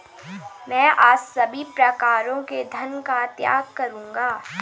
मैं आज सभी प्रकारों के धन का त्याग करूंगा